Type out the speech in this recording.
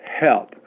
help